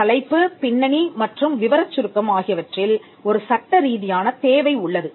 தலைப்பு பின்னணி மற்றும் விவரச் சுருக்கம்ஆகியவற்றில் ஒரு சட்டரீதியான தேவை உள்ளது